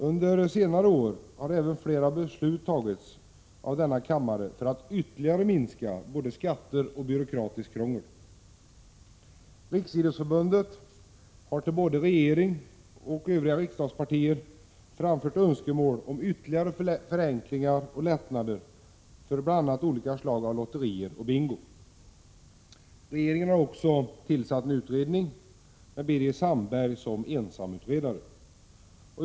Under senare år har även flera beslut tagits av denna kammare för att ytterligare minska både skatter och byråkratiskt krångel. Riksidrottsförbundet har till både regeringen och riksdagspartierna framfört önskemål om ytterligare förenklingar och lättnader för bl.a. olika slag av lotterier och bingo. Regeringen har också tillsatt en utredning med Birger Sandberg som ensamutredare.